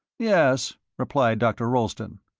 yes, replied dr. rolleston.